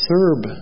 Serb